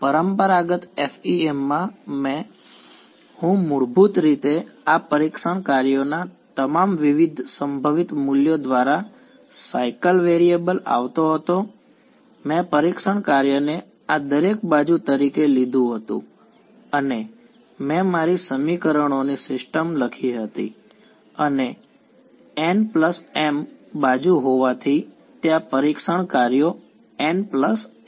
પરંપરાગત FEM માં હું મૂળભૂત રીતે આ પરીક્ષણ કાર્યોના તમામ વિવિધ સંભવિત મૂલ્યો દ્વારા સાયકલ વેરિયેબલ આવતો હતો મેં પરીક્ષણ કાર્યને આ દરેક બાજુ તરીકે લીધું હતું અને મેં મારી સમીકરણોની સિસ્ટમ લખી હતી અને nm બાજુ હોવાથી ત્યાં પરીક્ષણ કાર્યો nm છે